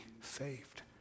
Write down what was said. saved